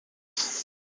yesu